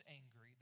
angry